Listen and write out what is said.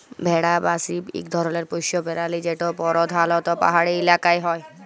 ভেড়া বা শিপ ইক ধরলের পশ্য পেরালি যেট পরধালত পাহাড়ি ইলাকায় হ্যয়